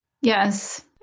Yes